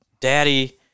Daddy